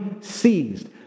seized